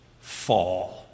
fall